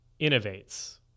innovates